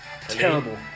Terrible